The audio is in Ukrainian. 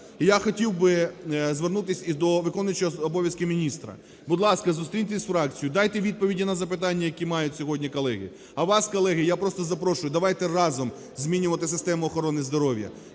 я хотів би звернутись і до виконуючого обов'язки міністра, будь ласка, зустріньтесь з фракцією, дайте відповіді на запитання, які мають сьогодні колеги. А вас, колеги, я просто запрошую, давайте разом змінювати систему охорони здоров'я,